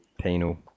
penal